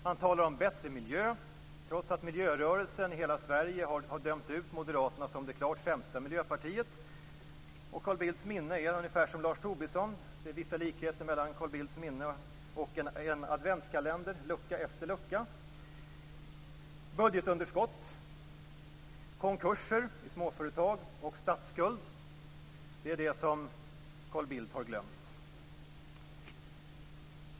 Han talar om bättre miljö, trots att miljörörelsen i hela Sverige har dömt ut Moderaterna som det klart sämsta miljöpartiet. Och Carl Bildts minne är ungefär som Lars Tobissons. Det är vissa likheter mellan Carl Bildts minne och en adventskalender - lucka efter lucka. Budgetunderskott, konkurser i småföretag och statsskuld. Det är sådant om Carl Bild har glömt.